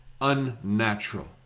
unnatural